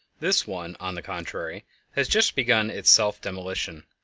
this one on the contrary has just begun its self-demolition.